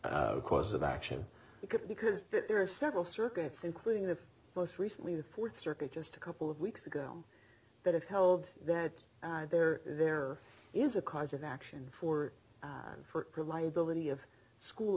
course of action because there are several circuits including the most recently the fourth circuit just a couple of weeks ago that it held that there there is a cause of action for for liability of school